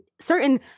certain